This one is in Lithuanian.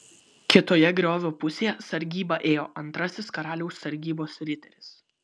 kitoje griovio pusėje sargybą ėjo antrasis karaliaus sargybos riteris